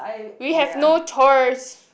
we have no choice